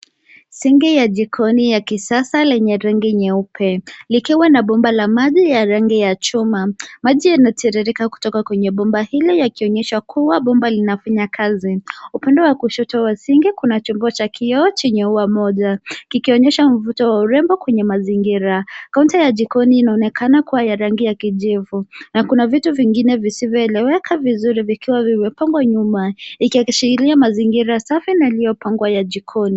Sinki ya jikoni ya kisasa yenye rangi nyeupe likiwa na bomba la maji ya rangi ya chuma. Maji yanatiririka kutoka kwenye bomba hilo yakionyesha kuwa bomba linafanya kazi. Upande wa kushoto wa sinki kuna chombo cha kioo chenye ua moja kikionyesha mvuto wa urembo kwenye mazingira kaunta ya jikoni inaonekana kuwa ya rangi ya kijivu na kuna vitu vingine visivyoeleweka vizuri vikiwa vimepangwa nyuma ikiashiria mazingira safi ya iliyopangwa ya jikoni.